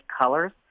colors